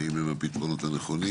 האם הם הפתרונות הנכונים?